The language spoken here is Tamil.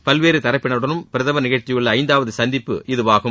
பல்வேறு தரப்பினருடன் பிரதமர் நிகழ்த்தியுள்ள ஐந்தாவது சந்திப்பு இதுவாகும்